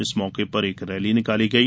इस मौके पर एक रैली निकाली गई